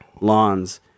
lawns